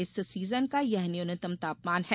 इस सीजन का यह न्यूनतम तापमान है